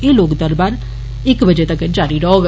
एह् लोक दरवार इक बजे तक्कर जारी रहौग